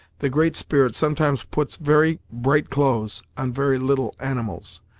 the great spirit sometimes puts very bright clothes on very little animals.